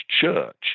church